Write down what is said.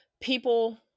people